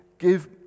Give